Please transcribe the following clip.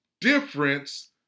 difference